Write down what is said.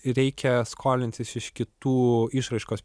reikia skolintis iš kitų išraiškos